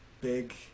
big